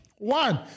One